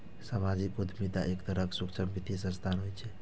सामाजिक उद्यमिता एक तरहक सूक्ष्म वित्तीय संस्थान होइ छै